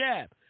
jab